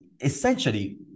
essentially